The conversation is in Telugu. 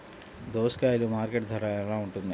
దోసకాయలు మార్కెట్ ధర ఎలా ఉంటుంది?